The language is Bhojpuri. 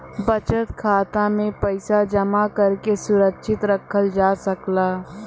बचत खाता में पइसा जमा करके सुरक्षित रखल जा सकला